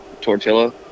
tortilla